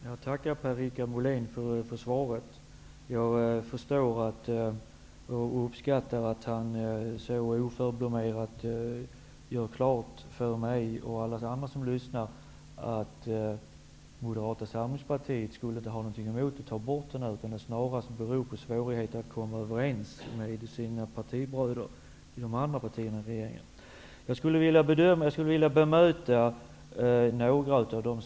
Herr talman! Jag tackar Per-Richard Molén för det svaret. Jag förstår, och uppskattar, att han så oförblommerat gör klart för mig och alla andra som lyssnar att Moderata samlingspartiet inte skulle ha något emot ett borttagande av den här paragrafen. Snarast handlar det om svårigheter att komma överens med bröderna i de andra regeringspartierna. Jag skulle vilja bemöta Per-Richard Molén på några punkter.